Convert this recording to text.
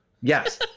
Yes